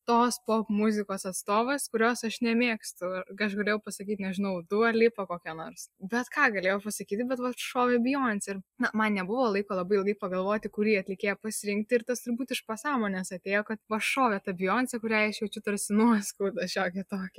tos popmuzikos atstovas kurios aš nemėgstu aš galėjau pasakyti nežinau dualipa kokią nors bet ką galėjau pasakyti bet vat šovė bijonse ir na man nebuvo laiko labai ilgai pagalvoti kurį atlikėją pasirinkti ir tas turbūt iš pasąmonės atėjo kad pašovė ta bijonse kuriai aš jaučiu tarsi nuoskaudą šiokią tokią